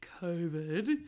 COVID